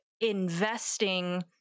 investing